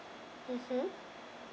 mmhmm